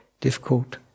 difficult